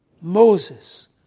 Moses